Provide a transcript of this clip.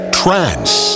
trance